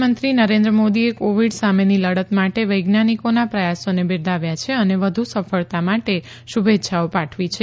પ્રધાનમંત્રી નરેન્દ્ર મોદીએ કોવિડ સામેની લડત માટે વૈજ્ઞાનિકોના પ્રયાસોને બિરદાવ્યા છે અને વધુ સફળતા માટે શુભેચ્છાઓ પાઠવી છે